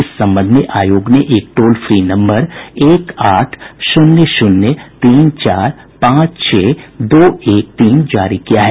इस संबंध में आयोग ने एक टोल फ्री नम्बर एक आठ शून्य शून्य तीन चार पांच छह दो एक तीन जारी किया है